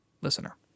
listener